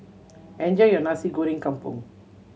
enjoy your Nasi Goreng Kampung